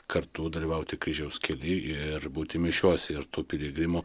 kartu dalyvauti kryžiaus kely ir būti mišiose ir tų piligrimų